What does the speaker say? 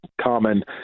common